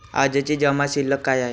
आजची जमा शिल्लक काय आहे?